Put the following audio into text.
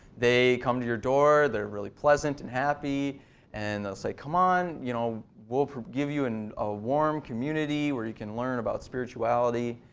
they come to your door, they're real pleasant and happy and they say, come on, you know we'll give you and a warm community where you can learn about spirituality.